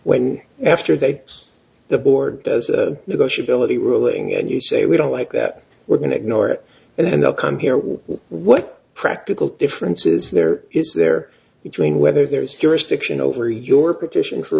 when after they use the board as a negotiable any ruling and you say we don't like that we're going to ignore it and then they'll come here what practical difference is there is there between whether there is jurisdiction over your petition for